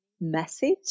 message